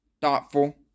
thoughtful